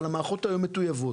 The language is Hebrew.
אבל המערכות היום הן מטוייבות.